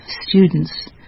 students